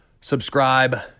subscribe